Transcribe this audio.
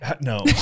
No